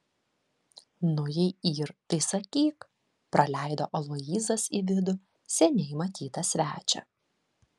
nu jei yr tai sakyk praleido aloyzas į vidų seniai matytą svečią